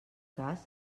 cas